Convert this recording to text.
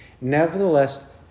Nevertheless